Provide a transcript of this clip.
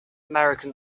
america